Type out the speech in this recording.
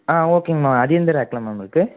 ஆ ஓகேங்கம்மா அது எந்த ரேக்கில் மேம் இருக்கு